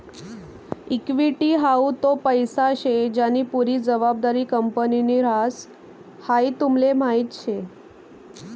equity हाऊ तो पैसा शे ज्यानी पुरी जबाबदारी कंपनीनि ह्रास, हाई तुमले माहीत शे